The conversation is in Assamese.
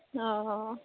অঁ